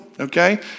okay